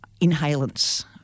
inhalants